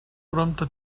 prompte